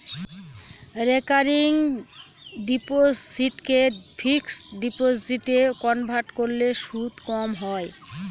recurring ডিপোসিটকে fixed ডিপোজিটে convert করলে সুদ কম হয়